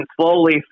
slowly